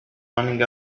running